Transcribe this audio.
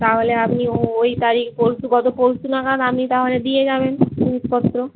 তাহলে আপনি ওই তারিখ পরশু গত পরশু নাগাদ আপনি তাহলে দিয়ে যাবেন জিনিসপত্র